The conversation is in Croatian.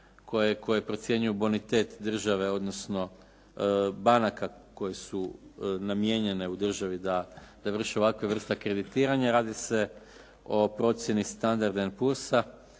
koje procjenjuju bonitet države odnosno banaka koje su namijenjene u državi da vrše ovakve vrste kreditiranja. Radi se o procjeni Standard&Poorsa